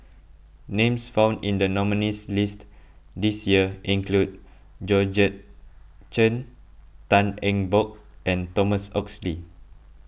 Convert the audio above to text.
names found in the nominees' list this year include Georgette Chen Tan Eng Bock and Thomas Oxley